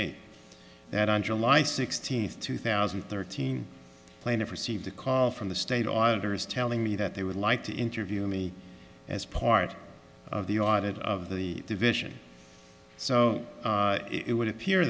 eight that on july sixteenth two thousand and thirteen plaintiff received a call from the state auditor is telling me that they would like to interview me as part of the audit of the division so it would appear